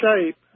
shape